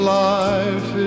life